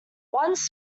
once